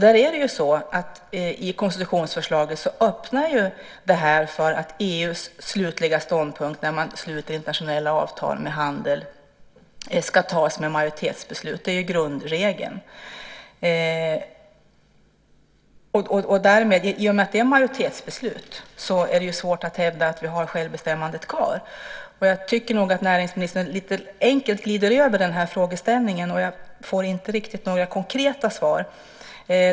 Förslaget till konstitution öppnar för att EU:s slutliga ståndpunkt för att sluta internationella avtal med handel ska fattas med majoritetsbeslut. Det ska vara grundregeln. I och med att det är fråga om majoritetsbeslut är det svårt att hävda att vi har kvar självbestämmandet. Jag tycker att näringsministern enkelt glider över frågan. Jag får inte riktigt några konkreta svar.